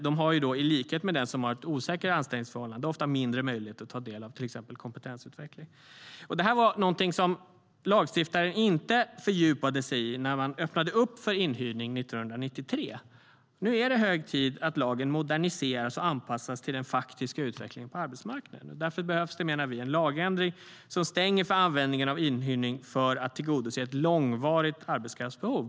De har, i likhet med den som har ett osäkert anställningsförhållande, ofta mindre möjlighet att ta del av till exempel kompetensutveckling. Detta var inte något som lagstiftaren fördjupade sig i när man öppnade upp för inhyrning 1993. Nu är det hög tid att lagen moderniseras och anpassas till den faktiska utvecklingen på arbetsmarknaden. Därför behövs det en lagändring som stänger för användning av inhyrning för att tillgodose ett långvarigt arbetskraftsbehov.